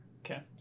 Okay